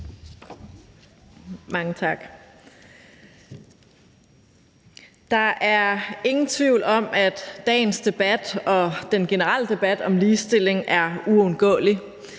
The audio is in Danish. Der er ingen tvivl om, at dagens debat og den generelle debat om ligestilling er uundgåelig.